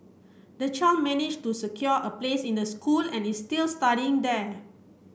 the child managed to secure a place in the school and is still studying there